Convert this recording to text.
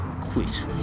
quit